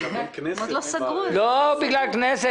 לא בגלל הכנסת.